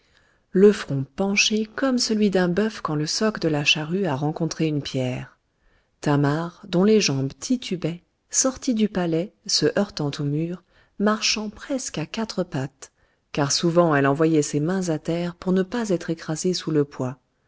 le front penché comme celui d'un bœuf quand le soc de la charrue a rencontré une pierre thamar dont les jambes titubaient sortit du palais se heurtant aux murs marchant presque à quatre pattes car souvent elle envoyait ses mains à terre pour ne pas être écrasée sous le poids